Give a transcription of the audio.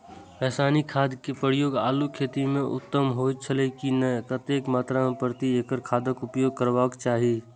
रासायनिक खाद के प्रयोग आलू खेती में उत्तम होय छल की नेय आ कतेक मात्रा प्रति एकड़ खादक उपयोग करबाक चाहि?